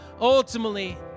ultimately